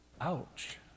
Ouch